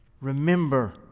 Remember